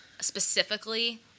specifically